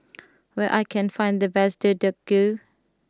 where I can find the best Deodeok Gui